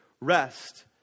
rest